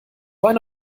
eine